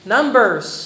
Numbers